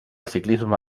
ciclisme